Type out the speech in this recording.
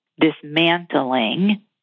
dismantling